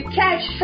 catch